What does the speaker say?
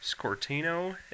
Scortino